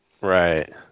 Right